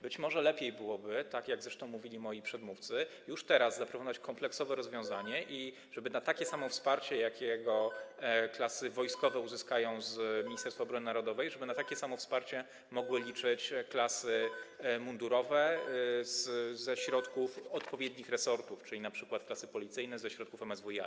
Być może lepiej byłoby, tak jak zresztą mówili moi przedmówcy, już teraz zaproponować kompleksowe rozwiązanie, żeby na takie samo wsparcie, jakie klasy wojskowe uzyskają z Ministerstwa Obrony Narodowej, mogły liczyć klasy mundurowe - ze środków odpowiednich resortów, czyli np. klasy policyjne ze środków MSWiA.